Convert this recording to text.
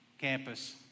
campus